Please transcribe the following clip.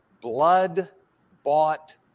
blood-bought